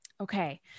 Okay